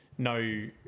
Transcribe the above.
no